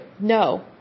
No